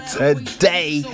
today